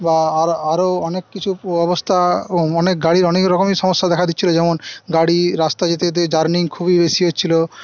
বা আরও আরও অনেক কিছু অবস্থা এবং অনেক গাড়ির অনেক রকমের সমস্যা দেখা দিচ্ছিল যেমন গাড়ি রাস্তায় যেতে যেতে জারকিং খুবই বেশি হচ্ছিল